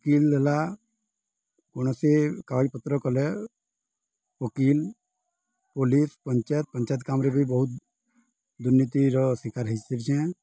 ଓକିଲ୍ ହେଲା କୌନସି କାଗଜପତ୍ର କଲେ ଓକିଲ୍ ପୋଲିସ୍ ପଞ୍ଚାୟତ ପଞ୍ଚାୟତ କାମରେ ବି ବହୁତ ଦୁର୍ନୀତିର ଶିକାର ହେଇସାରଛେଁ